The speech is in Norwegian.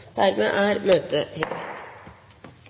Dermed er møtet hevet.